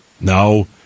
No